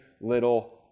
little